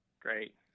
Great